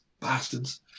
Bastards